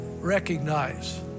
recognize